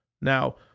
now